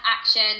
action